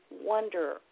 wonder